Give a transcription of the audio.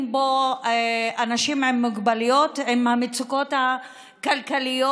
בו אנשים עם מוגבלויות עם מצוקות כלכליות.